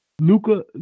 Luca